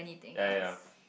ya ya